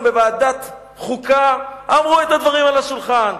בוועדת החוקה שמו את הדברים על השולחן.